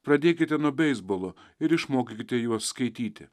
pradėkite nuo beisbolo ir išmokykite juos skaityti